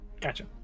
Gotcha